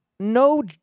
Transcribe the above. no